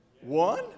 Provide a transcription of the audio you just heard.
One